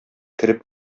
кереп